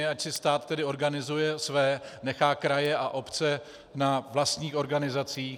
Ať si stát organizuje své, nechá kraje a obce na vlastní organizaci.